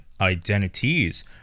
identities